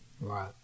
Right